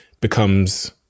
becomes